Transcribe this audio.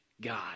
God